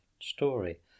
story